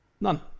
None